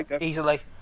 easily